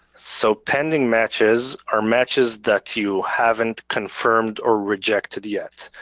so pending matches are matches that you haven't confirmed or rejected yet.